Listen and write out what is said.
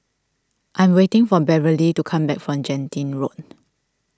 I am waiting for Beverly to come back from Genting Road